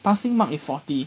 passing mark is forty